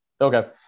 Okay